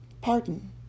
pardon